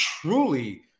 truly